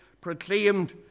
proclaimed